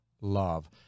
love